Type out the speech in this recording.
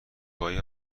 های